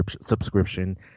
subscription